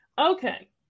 okay